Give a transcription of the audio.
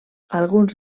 alguns